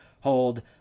hold